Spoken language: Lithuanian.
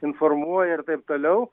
informuoja ir taip toliau